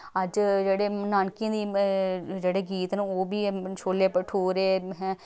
अज्ज जेह्ड़े नानकियें दी जेह्ड़े गीत न ओह् बी छोल्ले भठूरे